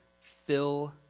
fill